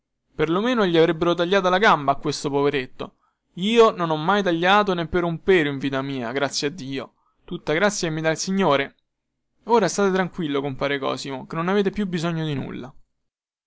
lo meno gli avrebbero tagliata la gamba a questo poveretto io non ho mai tagliato neppure un pelo in vita mia grazie a dio tutta grazia che mi dà il signore ora state tranquillo compare cosimo che non avete più bisogno di nulla